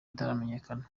itaramenyekana